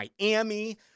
Miami –